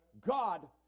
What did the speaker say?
God